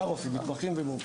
זה הרופאים, מתמחים ומומחים.